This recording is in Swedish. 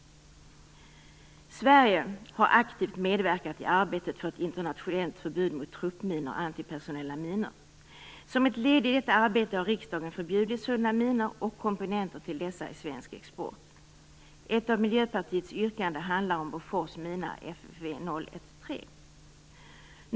Sverige har aktivt medverkat i arbetet för ett internationellt förbud mot truppminor/antipersonella minor. Som ett led i detta arbete har riksdagen förbjudit sådana minor, liksom komponenter till dessa, inom svensk export. Ett av Miljöpartiets yrkanden handlar om Bofors mina FFV 013.